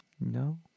No